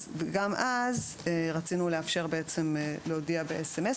גם אז רצינו לאפשר להודיע במסרון.